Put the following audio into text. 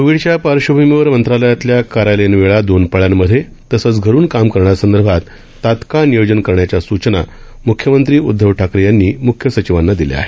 कोविडच्या पार्श्वभूमीवर मंत्रालयातल्या कार्यालयीन वेळा दोन पाळ्यांमधे तसंच घरुन काम करण्यासंदर्भात तात्काळ नियोजन करण्याच्या सुचना मुख्यमंत्री उदधव ठाकरे यांनी मुख्य सचिवांना दिल्या आहेत